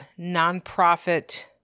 nonprofit